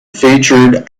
featured